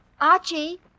Archie